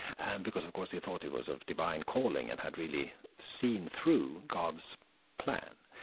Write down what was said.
and because of course he thought he was of divine calling, it had really seen through god's plan.